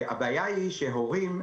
הבעיה היא שהורים,